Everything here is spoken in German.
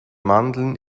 mandeln